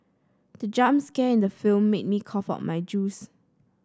the jump scare in the film made me cough out my juice